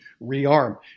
rearm